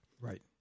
Right